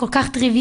כל כך טריוויאלי,